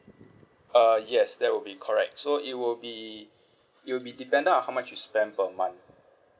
uh yes that will be correct so it will be it will be dependent on how much you spend per month